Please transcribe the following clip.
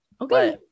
okay